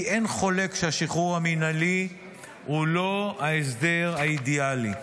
כי אין חולק שהשחרור המינהלי הוא לא ההסדר האידיאלי,